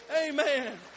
Amen